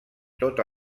tota